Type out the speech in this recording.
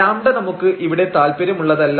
λ നമുക്ക് ഇവിടെ താല്പര്യം ഉള്ളതല്ല